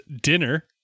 dinner